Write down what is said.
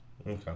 Okay